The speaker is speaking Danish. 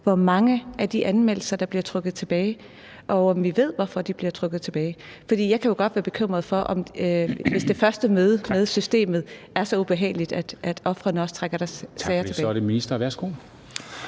hvor mange af de anmeldelser der bliver trukket tilbage, og om vi ved, hvorfor de bliver trukket tilbage. For jeg kan jo godt være bekymret for, hvis det første møde med systemet er så ubehageligt, at ofrene også trækker deres sager tilbage. Kl. 13:42 Formanden (Henrik